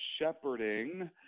shepherding